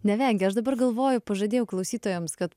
nevengia aš dabar galvoju pažadėjau klausytojams kad